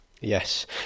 Yes